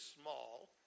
small